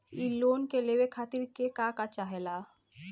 इ लोन के लेवे खातीर के का का चाहा ला?